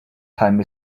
time